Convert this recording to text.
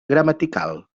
gramatical